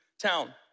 town